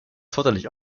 zottelig